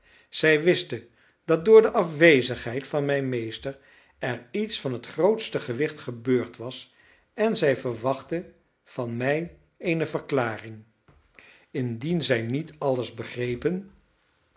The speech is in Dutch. zij wisten dat door de afwezigheid van mijn meester er iets van het grootste gewicht gebeurd was en zij verwachtten van mij eene verklaring indien zij niet alles begrepen